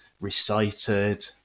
recited